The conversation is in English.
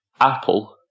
Apple